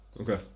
Okay